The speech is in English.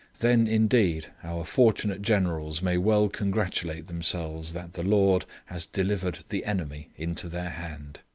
then indeed our fortunate generals may well congratulate themselves that the lord has delivered the enemy into their hand.